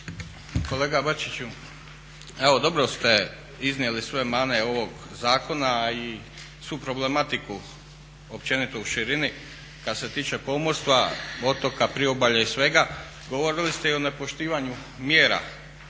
Kolega Bačić dobro ste iznijeli sve mane ovog zakona i svu problematiku općenito u širini kada se tiče pomorstva, otoka, priobalja i svega. Govorili ste i o nepoštivanju mjera